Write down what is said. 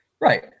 right